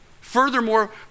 Furthermore